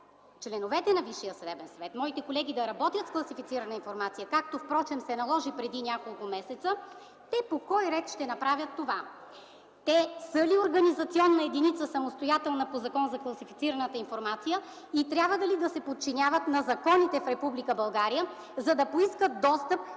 членовете на Висшия съдебен съвет, моите колеги, да работят с класифицирана информация, както впрочем се наложи преди няколко месеца, те по кой ред ще направят това? Те са ли самостоятелна организационна единица по Закона за класифицираната информация и трябва ли да се подчиняват на законите в Република България, за да поискат достъп,